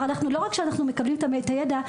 לא רק שאנחנו מקבלים את הידע,